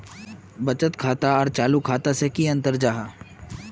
बचत खाता आर चालू खाता से की अंतर जाहा?